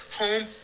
home